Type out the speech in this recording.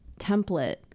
template